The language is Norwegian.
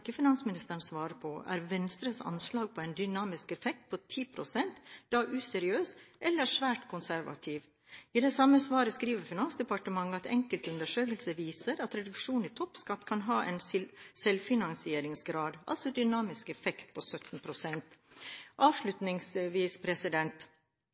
ikke finansministeren svare på. Er Venstre anslag på en dynamisk effekt på 10 pst. da useriøs, eller svært konservativ? I det samme svaret skriver Finansdepartementet at enkelte undersøkelser viser at reduksjon i toppskatt kan ha en selvfinansieringsgrad – altså dynamisk effekt – på